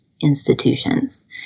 institutions